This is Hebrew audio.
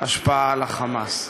השפעה על ה"חמאס".